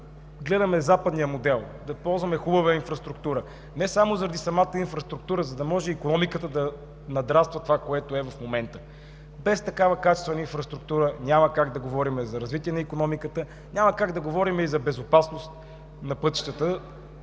като гледаме западния модел, да ползваме хубава инфраструктура, и не само заради самата инфраструктура, а за да може и икономиката да надраства това, което е в момента, без такава качествена инфраструктура няма как да говорим за развитие на икономиката, няма как да говорим и за безопасност на пътищата,